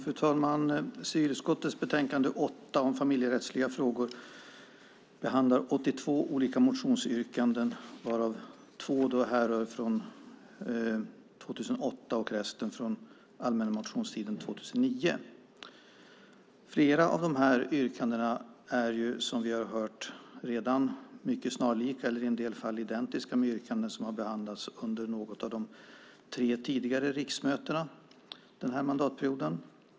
Fru talman! Civilutskottets betänkande nr 8 om familjerättsliga frågor behandlar 82 olika motionsyrkanden varav två härrör från 2008 och resten från allmänna motionstiden 2009. Flera av de yrkandena är, som vi har hört redan, snarlika eller i en del fall identiska med yrkanden som har behandlats under något av de tre tidigare riksmötena den här mandatperioden.